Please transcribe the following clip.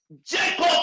Jacob